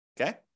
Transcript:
Okay